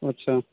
अच्छा